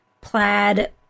plaid